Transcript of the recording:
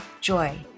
joy